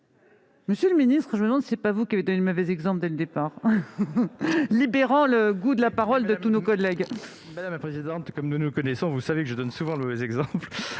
Monsieur le secrétaire d'État, je me demande si ce n'est pas vous qui avez donné le mauvais exemple dès le départ, en éveillant le goût pour la parole chez tous nos collègues ! Madame la présidente, puisque nous nous connaissons, vous savez bien que je donne souvent le mauvais exemple,